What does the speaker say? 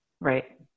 Right